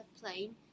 plane